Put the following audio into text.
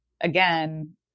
again